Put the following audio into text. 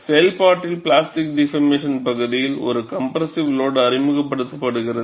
செயல்பாட்டில் plastic deformation பகுதியில் ஒரு கம்ப்ரெஸிவ் லோடு அறிமுகப்படுத்துகிறது